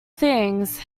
things